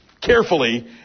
carefully